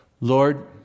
Lord